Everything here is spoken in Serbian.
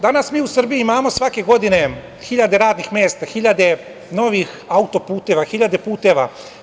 Danas mi u Srbiji imamo svake godine hiljade radnih mesta, hiljade novih autoputeva, hiljade puteva.